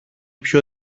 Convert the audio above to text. πιο